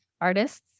artists